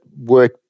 work